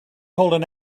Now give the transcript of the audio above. holding